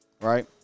Right